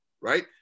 right